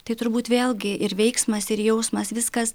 tai turbūt vėlgi ir veiksmas ir jausmas viskas